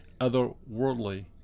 otherworldly